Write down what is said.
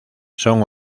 son